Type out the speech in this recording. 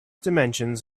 dimensions